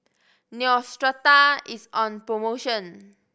Neostrata is on promotion